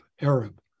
Arab